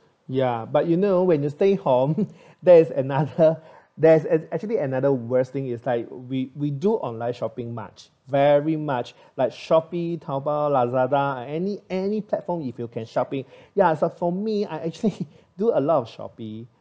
ya but you know when you stay home there's another there's an actually another worst thing you is like we we do online shopping much very much like shopee taobao lazada any any platform if you can shopping ya so for me I actually do a lot shopping